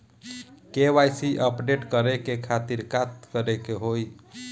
KYC update करे के खातिर का करे के होई?